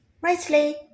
Rightly